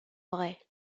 vrai